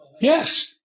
Yes